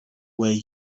were